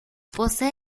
posee